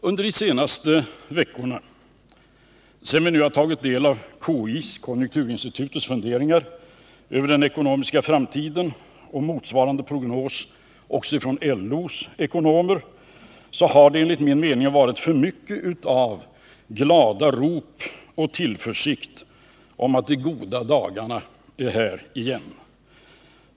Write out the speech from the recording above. Under de senaste veckorna, sedan vi tagit del av konjunkturinstitutets, KI:s, funderingar över framtiden och motsvarande prognos från LO:s ekonomer, har det enligt min mening varit för mycket av glada rop och tillförsikt om att de goda dagarna är här igen.